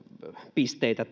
pisteitä